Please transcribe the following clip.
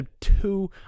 two